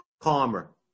calmer